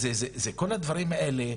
כל הדברים האלה,